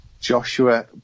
Joshua